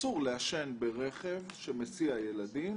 שאסור לעשן ברכב שמסיע ילדים,